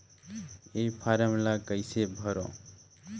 ये फारम ला कइसे भरो?